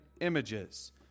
images